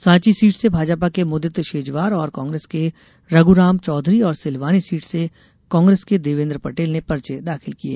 Sanchi seat से भाजपा के मुदित शेजवार और कांग्रेस के रघुराम चौधरी और सिलवानी सीट से कांग्रेस के देवेन्द्र पटेल ने पर्चे दाखिल किये